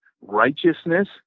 righteousness